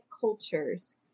cultures